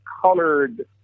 colored